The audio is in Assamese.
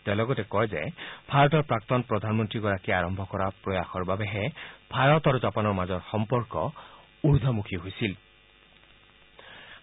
তেওঁ লগতে কয় যে ভাৰতৰ প্ৰাক্তন প্ৰধানমন্ত্ৰীগৰাকীয়ে আৰম্ভ কৰা প্ৰয়াসৰ বাবেহে ভাৰত আৰু জাপানৰ মাজৰ সম্পৰ্ক ঊৰ্ধমুখী হোৱাটো সম্ভৱপৰ হয়